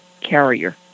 carrier